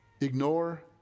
ignore